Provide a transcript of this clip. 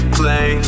play